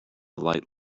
light